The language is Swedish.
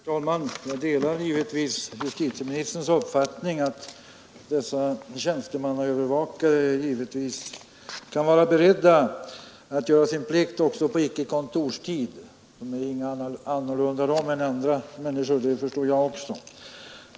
Herr talman! Jag delar justitieministerns uppfattning att tjänstemannaövervakarna är beredda att göra sin plikt också på icke kontorstid. Det är inte annorlunda med dem än med andra människor — det förstår jag också.